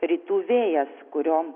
rytų vėjas kurio